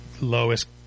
lowest